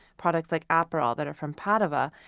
products like aperol, that are from padua.